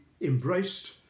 embraced